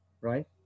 right